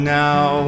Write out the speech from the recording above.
now